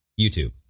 YouTube